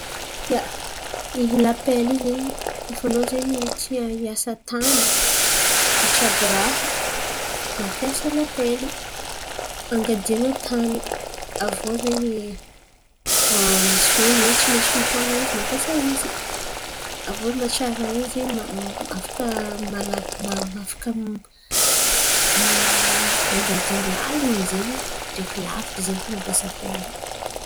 Ia, lapely koa fa anô ze tihiasa tany, hitsabo raha mampiasa lapely, angadian̈a tany aviô zen̈y misy olo ze tsy maintsy mitana izy mampiasa izy. Aviô mahatsara izy afaka afaka mangady lalin̈y zen̈y ndraiky lavitry ze koa mampiasa.